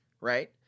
right